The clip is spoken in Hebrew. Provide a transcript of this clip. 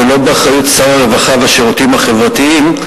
ולא באחריות שר הרווחה והשירותים החברתיים,